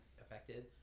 affected